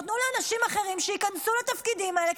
או תנו לאנשים אחרים להיכנס לתפקידים האלה,